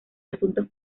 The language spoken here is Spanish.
asuntos